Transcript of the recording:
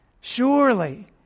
Surely